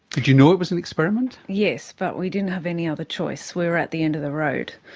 did you know it was an experiment? yes, but we didn't have any other choice, we were at the end of the road.